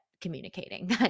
communicating